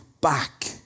back